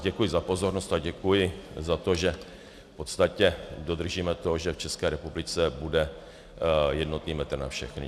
Děkuji za pozornost a děkuji za to, že v podstatě dodržíme to, že v České republice bude jednotný metr na všechny.